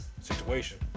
situation